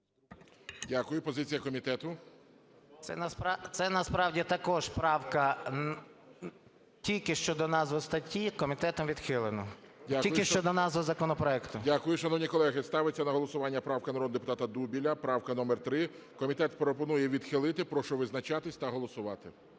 СОЛЬСЬКИЙ М.Т. Це насправді також правка тільки щодо назви статті. Комітетом відхилено. Тільки щодо назви законопроекту. ГОЛОВУЮЧИЙ. Дякую. Шановні колеги, ставиться на голосування правка народного депутата Дубеля. Правка номер 3. Комітет пропонує відхилити. Прошу визначатися та голосувати.